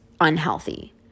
unhealthy